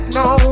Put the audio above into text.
no